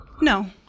No